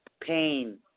Pain